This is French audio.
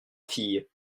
filles